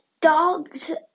dogs